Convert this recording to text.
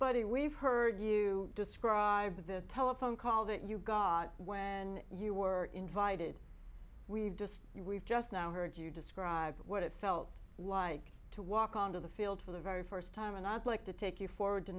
buddy we've heard you describe the telephone call that you god when you were invited we just we've just now heard you describe what it felt like to walk onto the field for the very first time and i'd like to take you forward to